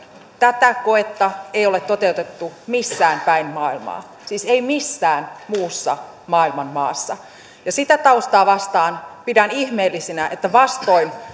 tätä koetta ei ole toteutettu missään päin maailmaa siis ei missään muussa maailman maassa ja sitä taustaa vasten pidän ihmeellisenä että vastoin